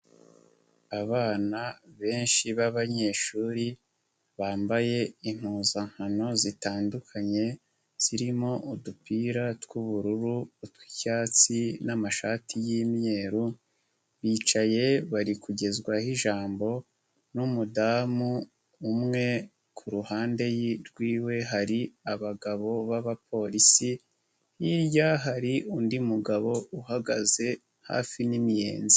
Abana benshi b'abanyeshuri bambaye impuzankano zitandukanye zirimo udupira tw'ubururu, utw'icyatsi n'amashati y'imweru, bicaye bari kugezwaho ijambo n'umudamu umwe, ku ruhande rwiwe hari abagabo b'abapolisi hirya hari undi mugabo uhagaze hafi n'imiyenzi.